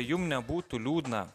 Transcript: jum nebūtų liūdna